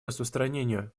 распространению